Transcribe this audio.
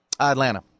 Atlanta